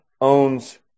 owns